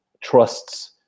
trusts